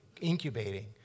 incubating